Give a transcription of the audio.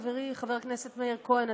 חברי חבר הכנסת מאיר כהן,